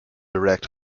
direct